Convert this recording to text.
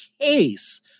case